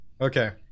Okay